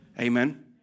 Amen